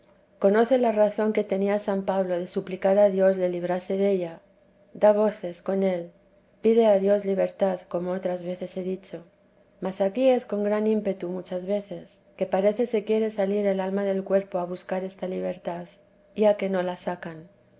conoce la razón que tenía san pablo de suplicar a dios le librase della da voces con él pide a dios libertad como otras veces he dicho mas aquí es con gran ímpetu muchas veces que parece se quiere salir el alma del cuerpo a buscar esta libertad ya que no la sacan